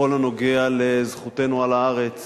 בכל הקשור לזכותנו על הארץ